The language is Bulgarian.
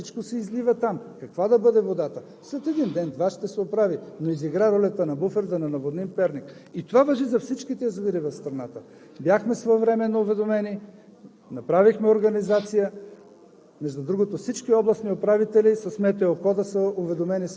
за да не я изпускаме. В Перник говореха, че водата е мътна. Ами то от Витоша всичко се излива там, каква да бъде водата? След ден-два ще се оправи, но изигра ролята на буфер, за да не наводним Перник. И това важи за всичките язовири в страната. Бяхме своевременно уведомени, направихме организация.